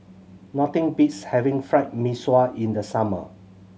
nothing beats having Fried Mee Sua in the summer